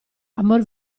amor